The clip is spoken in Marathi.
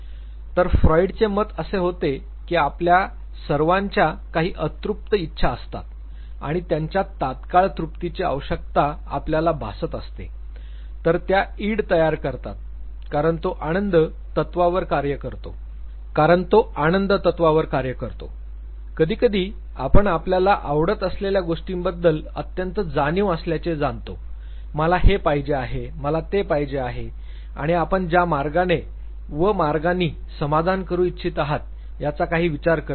तर फ्रॉइडचे मत असे होते की आपल्या सर्वांच्या काही अतृप्त इच्छा असतात ज्यांच्या तात्काळ तृप्तीची आवश्यकता आपल्याला भासत असते तर त्या इड तयार करतात कारण तो आनंद तत्त्वावर कार्य करतो म्हणून कधीकधी आपण आपल्याला आवडत असलेल्या गोष्टींबद्दल अत्यंत जाणीव असल्याचे जाणतो मला हे पाहिजे आहे मला ते पाहिजे आहे आणि आपण ज्या मार्गाने व मार्गांनी समाधान करू इच्छित आहात त्याचा काही विचार करत नाही